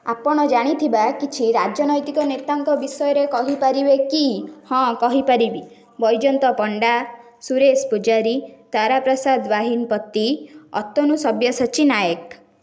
ଆପଣ ଜାଣିଥିବା କିଛି ରାଜନୈତିକ ନେତାଙ୍କ ବିଷୟରେ କହିପାରିବେ କି ହଁ କହିପାରିବି ବୈଜୟନ୍ତ ପଣ୍ଡା ସୁରେସ ପୂଜାରୀ ତାରା ପ୍ରସାଦ ବାହିନ ପତି ଅତନୁ ସବ୍ୟସାଚୀ ନାୟକ